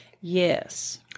yes